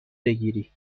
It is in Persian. بگیری